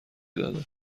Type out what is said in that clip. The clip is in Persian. داده